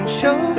show